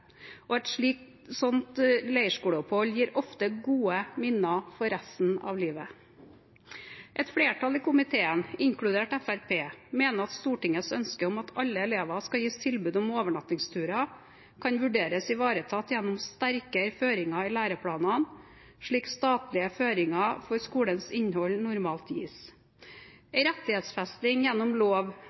Et slikt leirskoleopphold gir ofte gode minner for resten av livet. Et flertall i komiteen, inkludert Fremskrittspartiet, mener at Stortingets ønske om at alle elever skal gis tilbud om overnattingsturer, kan vurderes ivaretatt gjennom sterkere føringer i læreplanene, slik statlige føringer for skolens innhold normalt gis. En rettighetsfesting gjennom lov